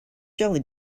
jelly